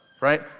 right